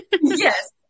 yes